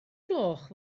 gloch